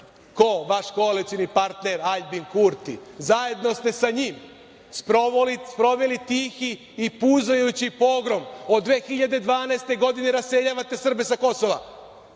ko, vaš koalicioni partner Aljbin Kurti. Zajedno ste sa njim sproveli tihi i puzajući pogrom. Od 2012. godine raseljavate Srbe sa Kosova.